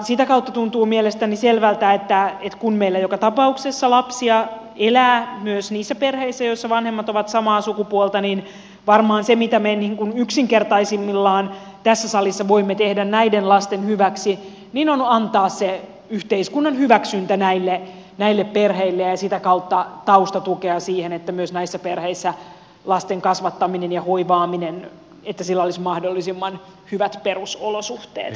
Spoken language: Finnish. sitä kautta tuntuu mielestäni selvältä että kun meillä joka tapauksessa elää lapsia myös niissä perheissä joissa vanhemmat ovat samaa sukupuolta niin varmaan se mitä me yksinkertaisimmillaan tässä salissa voimme tehdä näiden lasten hyväksi on se että annamme yhteiskunnan hyväksynnän näille perheille ja sitä kautta taustatukea siihen että myös näissä perheissä lasten kasvattamisella ja hoivaamisella olisi mahdollisimman hyvät perusolosuhteet